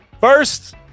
first